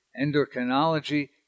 endocrinology